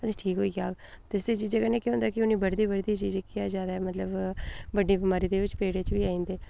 बस ठीक होई जाहग ते इस्सै चीजै कन्नै केह् होंदा कि बधदी बधदी चीज मतलब बड्डी बमारी दी चपेट बी आई जंदे